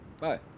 Bye